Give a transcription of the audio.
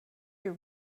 you